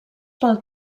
pel